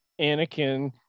Anakin